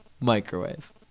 Microwave